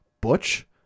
Butch